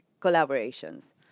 collaborations